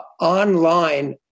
online